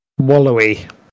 wallowy